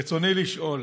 ברצוני לשאול: